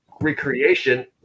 recreation